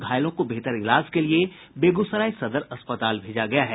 घायलों को बेहतर इलाज के लिए बेगूसराय सदर अस्पताल भेजा गया है